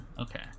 Okay